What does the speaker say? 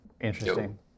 interesting